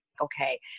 okay